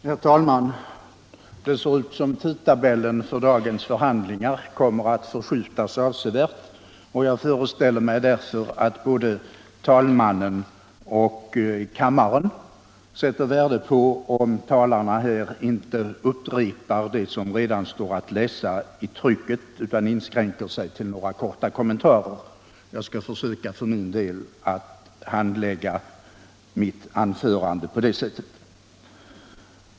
Herr talman! Det ser ut som om tidtabellen för dagens förhandlingar kommer att förskjutas avsevärt, och jag föreställer mig därför att både talmannen och kammaren sätter värde på om talarna inte upprepar det som redan står att läsa i trycket utan inskränker sig till några korta kommentarer. Jag skall försöka för min del att göra så.